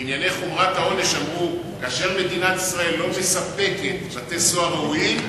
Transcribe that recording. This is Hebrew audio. בענייני חומרת העונש אמרו: כאשר מדינת ישראל לא מספקת בתי-סוהר ראויים,